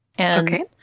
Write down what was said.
Okay